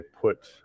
put